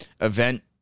event